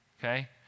okay